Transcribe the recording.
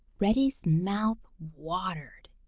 reddy's mouth watered,